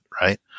right